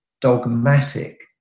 dogmatic